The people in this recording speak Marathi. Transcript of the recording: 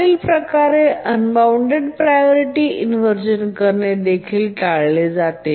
खालील प्रकारे अनबॉऊण्डेड प्रायोरिटी इनव्हर्झन करणे देखील टाळले जाते